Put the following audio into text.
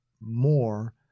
more